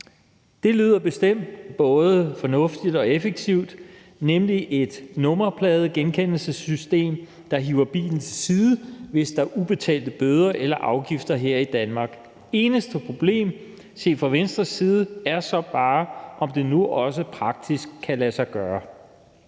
Det lyder bestemt både fornuftigt og effektivt med et nummerpladegenkendelsessystem, så bilen kan hives til side, hvis der er ubetalte bøder eller afgifter her i Danmark. Det eneste problem set fra Venstres side er så bare, om det nu også praktisk kan lade sig gøre.